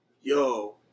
yo